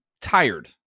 tired